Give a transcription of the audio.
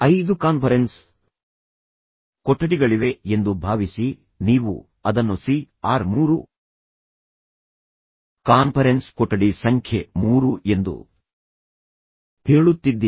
ಐದು ಕಾನ್ಫರೆನ್ಸ್ ಕೊಠಡಿಗಳಿವೆ ಎಂದು ಭಾವಿಸಿ ನೀವು ಅದನ್ನು ಸಿ ಆರ್ ಮೂರು ಕಾನ್ಫರೆನ್ಸ್ ಕೊಠಡಿ ಸಂಖ್ಯೆ ಮೂರು ಎಂದು ಹೇಳುತ್ತಿದ್ದೀರಿ